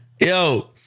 Yo